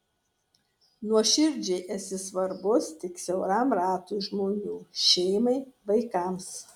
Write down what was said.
nuoširdžiai esi svarbus tik siauram ratui žmonių šeimai vaikams